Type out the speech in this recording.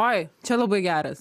oi čia labai geras